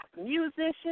musicians